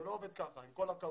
זה לא עובד ככה, עם כל הכבוד,